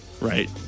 right